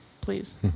Please